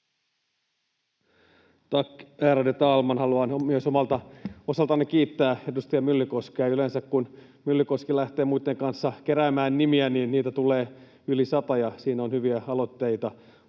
Tack, ärade talman! Haluan myös omalta osaltani kiittää edustaja Myllykoskea. Yleensä kun Myllykoski lähtee muitten kanssa keräämään nimiä, niin niitä tulee yli sata ja siinä on hyviä aloitteita.